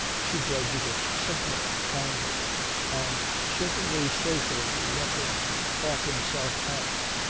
she judged it simpler, kinder and certainly safer to let him talk himself out.